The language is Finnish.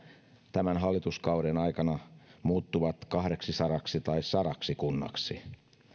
tämän hallituskauden aikana muuttuvat kahdeksisadaksi tai sadaksi kunnaksi